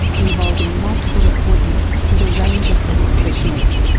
involving multiple appointments with a range of health professionals.